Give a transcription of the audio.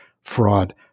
fraud